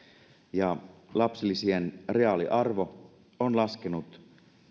ja lapsilisien reaaliarvo on laskenut